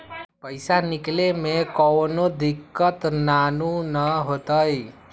पईसा निकले में कउनो दिक़्क़त नानू न होताई?